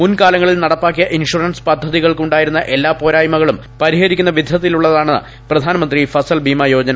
മുൻ കാലങ്ങളിൽ നടപ്പാക്കിയ ഇൻഷറൻസ് പദ്ധതികൾക്ക് ഉണ്ടായിരുന്ന എല്ലാ പോരായ്മകളും പരിഹരിക്കുന്ന വിധത്തിലുള്ളതാണ് പ്രധാൻമന്ത്രി ഫസൽ ബീമാ യോജന